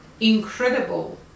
incredible